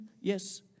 Yes